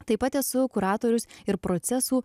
taip pat esu kuratorius ir procesų